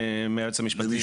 מהיועץ המשפטי.